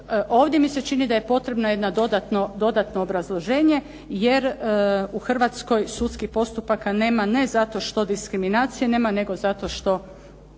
ovdje mi se čini da je potrebna jedna dodatno obrazloženje jer u Hrvatskoj sudskih postupaka nema ne zato što diskriminacije nema, nego zato što